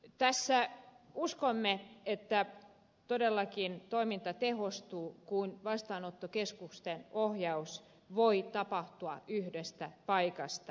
tässä uskomme että todellakin toiminta tehostuu kun vastaanottokeskusten ohjaus voi tapahtua yhdestä paikasta